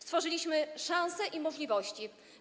Stworzyliśmy szanse i możliwości.